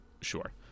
sure